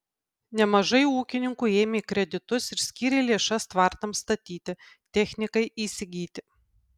nemažai ūkininkų ėmė kreditus ir skyrė lėšas tvartams statyti technikai įsigyti